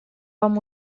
вам